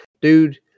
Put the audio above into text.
Dude